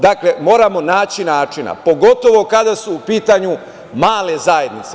Dakle, moramo naći načina, pogotovo kada su u pitanju male zajednice.